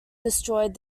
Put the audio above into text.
destroyed